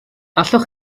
allwch